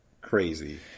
crazy